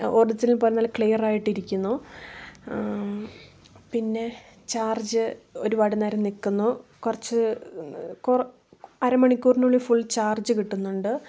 original പോലെ നല്ല clear ആയിട്ടിരിക്കുന്നു പിന്നെ ചാർജ് ഒരുപാട് നേരം നിൽക്കുന്നു കുറച്ച് കു അര മണിക്കൂറിനുള്ളിൽ ഫുൾ ചാർജ് കിട്ടുന്നുണ്ട്